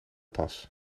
tas